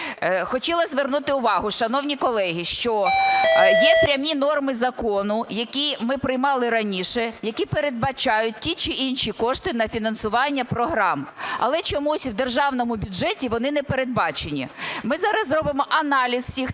Хотіла звернути увагу, шановні колеги, що є прямі норми закону, які ми приймали раніше, які передбачають ті чи інші кошти на фінансування програм, але чомусь в державному бюджеті вони не передбачені. Ми зараз зробимо аналіз всіх